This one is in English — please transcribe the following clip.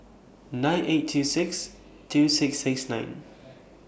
nine eight two six two six six nine